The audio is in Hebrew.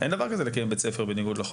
כי אין מצב כזה של קיום בית ספר בניגוד לחוק.